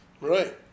right